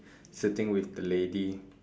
sitting with the lady